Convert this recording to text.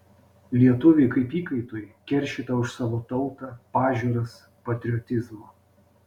lietuviui kaip įkaitui keršyta už savo tautą pažiūras patriotizmą